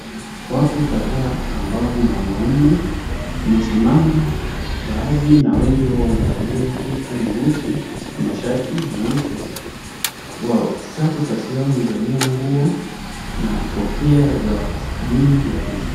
Watu kadhaa ambao ni wanaume wamesimama baadhi na wengi wao wamevalia suti nyeusi na mashati meupe. Watatu kati yao wamevalia nguo na kofia za dini ya kiislamu.